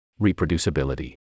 Reproducibility